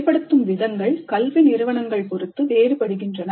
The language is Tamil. செயல்படுத்தும் விதங்கள் கல்வி நிறுவனம் பொருத்து வேறுபடுகின்றன